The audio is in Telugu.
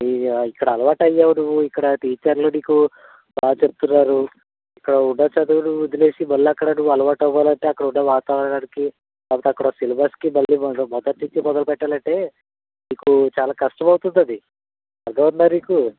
ఇక్కడ అలవాటు అయ్యావు నువ్వు ఇక్కడ టీచర్లు నీకు బాగా చెప్తున్నారు ఇక్కడ ఉన్న చదువులు వదిలేసి మళ్ళా అక్కడ నువ్వు అలవాటు అవ్వాలంటే అక్కడ ఉన్న వాతావరణానికి అక్కడ సిలబస్కి మళ్ళి మొదటినుంచి మొదలు పెట్టాలంటే నీకు చాలా కష్టం అవుతుంది అది అర్దమవుతుందా నీకు